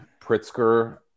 Pritzker